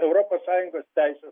europos sąjungos teises